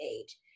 age